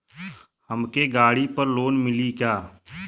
हमके गाड़ी पर लोन मिली का?